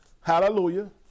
Hallelujah